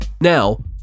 Now